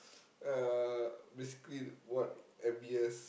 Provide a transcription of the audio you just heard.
uh basically what M_B_S